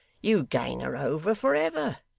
you'd gain her over for ever.